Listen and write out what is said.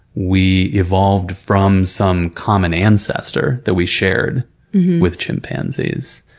we evolved from some common ancestor that we shared with chimpanzees.